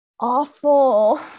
awful